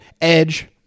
edge